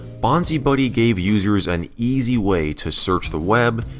bonzibuddy gave users an easy way to search the web,